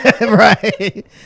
Right